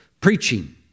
preaching